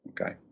okay